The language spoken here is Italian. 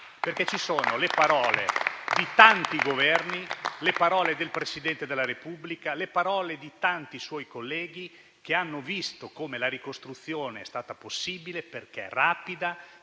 perché ci sono le parole di tanti Governi, quelle del Presidente della Repubblica, quelle di tanti suoi colleghi che hanno visto come la ricostruzione è stata possibile, perché è stata